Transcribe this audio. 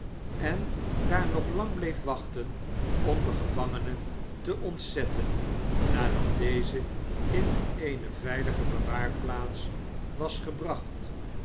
en daar nog lang bleef wachten om den gevangene te ontzetten nadat deze in eene veilige bewaarplaats was gebracht